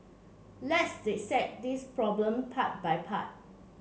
let's dissect this problem part by part